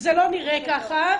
זה לא נראה ככה.